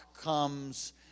comes